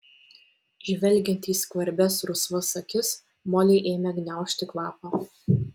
žvelgiant į skvarbias rusvas akis molei ėmė gniaužti kvapą